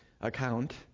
account